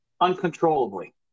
uncontrollably